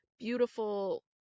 beautiful